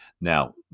Now